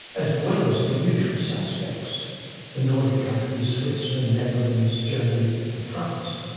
as well as the usual suspects the nordic countries, switzerland, netherlands, germany and france.